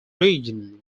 region